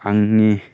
आंनि